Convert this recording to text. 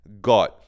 God